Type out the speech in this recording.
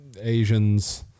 Asian's